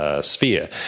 sphere